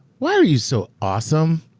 why are you so awesome?